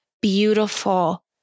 beautiful